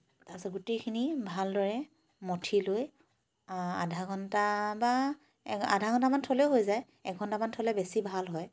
তাৰপিছত গোটেইখিনি ভালদৰে মঠি লৈ আধা ঘণ্টা বা আধা ঘণ্টামান থ'লেও হৈ যায় এঘণ্টামান থ'লে বেছি ভাল হয়